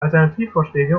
alternativvorschläge